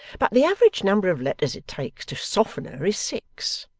but the average number of letters it take to soften her is six,